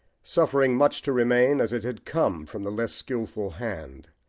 suffering much to remain as it had come from the less skilful hand,